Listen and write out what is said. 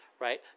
Right